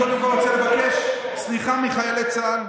קודם כול, אני רוצה לבקש סליחה מחיילי צה"ל.